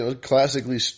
classically